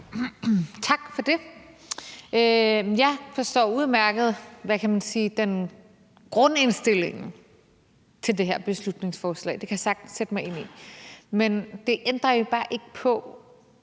Tak for det. Jeg forstår udmærket grundindstillingen til det her beslutningsforslag – det kan jeg sagtens sætte mig ind i – men det ændrer jo bare ikke på,